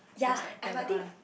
those that paded one